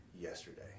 yesterday